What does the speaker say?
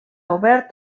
obert